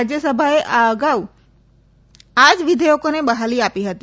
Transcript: રાજ્યસભાએ આ અગાઉ જ આ વિઘેયકોને બહાલી આપી હતી